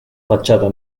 fachada